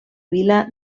vila